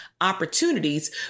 opportunities